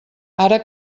ara